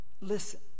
listen